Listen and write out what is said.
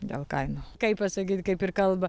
dėl kainų kaip pasakyt kaip ir kalba